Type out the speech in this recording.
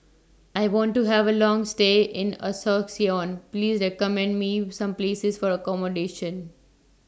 I want to Have A Long stay in Asuncion Please recommend Me Some Places For accommodation